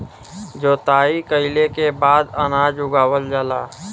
जोताई कइले के बाद अनाज उगावल जाला